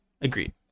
Agreed